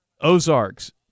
ozarks